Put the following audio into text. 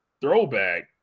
throwback